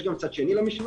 יש גם צד שני למשוואה,